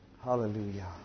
Hallelujah